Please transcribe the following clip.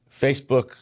Facebook